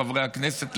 חברי הכנסת,